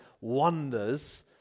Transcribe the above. wonders